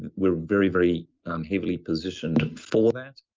we're very, very heavily positioned for that.